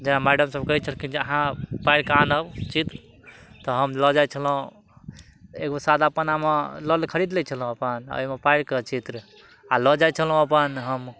जेना मैडम सब कहै छलखिन जे अहाँ पारि कऽ आनब चित्र तऽ हम लऽ जाइ छलहुॅं एगो सादा अपन लऽ लऽ खरीद लै छलहुॅं अपन एहिमे पारि कऽ चित्र आ लऽ जाइ छलहुॅं अपन हम